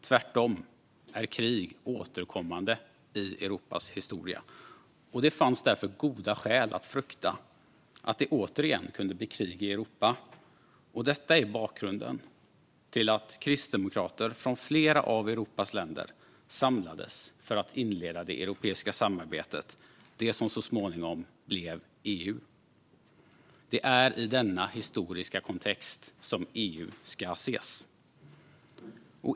Tvärtom är krig återkommande i Europas historia. Det fanns därför goda skäl att frukta att det återigen kunde bli krig i Europa. Detta är bakgrunden till att kristdemokrater från flera av Europas länder samlades för att inleda det europeiska samarbetet, det som så småningom blev EU. Det är i denna historiska kontext som EU ska ses.